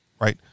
right